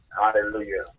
Hallelujah